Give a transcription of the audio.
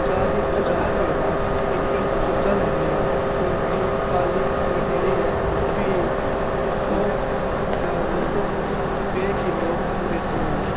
चाली पंजाह रपे दा इक्क चूचा लैने आं ते उसगी पाली मठेरियै फ्ही सौ जां दौ सौ रपे किलो बेचने आं